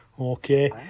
Okay